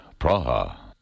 Praha